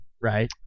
Right